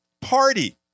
party